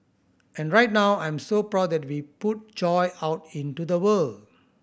and right now I'm so proud that we put joy out into the world